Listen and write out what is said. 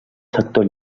sector